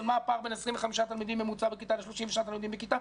הפער בין 25 תלמידים ממוצע בכיתה ל-36 תלמידים בכיתה,